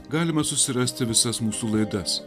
galima susirasti visas mūsų laidas